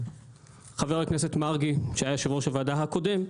חבר הכנסת מרגי, שהיה יו"ר הוועדה הקודם,